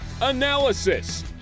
analysis